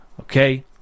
Okay